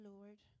Lord